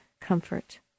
comfort